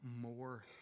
more